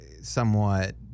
somewhat